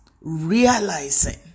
realizing